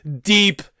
deep